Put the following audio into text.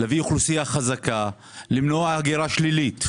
להביא אוכלוסייה חזקה ולמנוע הגירה שלילית.